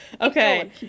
Okay